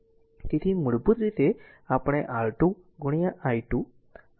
તેથી મૂળભૂત રીતે આપણે R2 i2 અથવા v0 લખી શકીએ છીએ